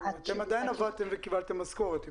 אתם עדיין עבדתם וקיבלתם משכורת.